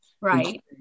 Right